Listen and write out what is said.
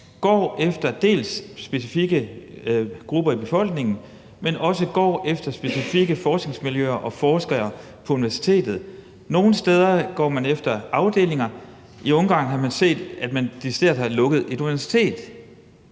går efter dels specifikke grupper i befolkningen, dels specifikke forskningsmiljøer og forskere på universitetet. Nogle steder går man efter afdelinger. I Ungarn har man set, at man decideret har lukket et universitet.